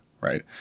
right